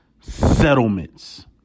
settlements